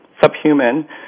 subhuman